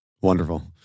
Wonderful